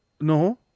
No